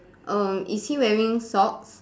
err is he wearing socks